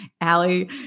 Allie